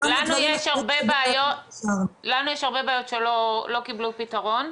לנו יש הרבה בעיות שלא קיבלו פתרון.